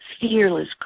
fearless